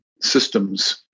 systems